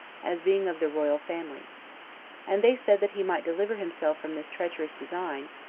as being of the royal family and they said that he might deliver himself from this treacherous design,